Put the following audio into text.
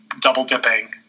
double-dipping